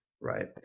Right